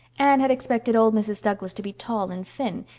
anne had expected old mrs. douglas to be tall and thin,